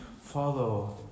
follow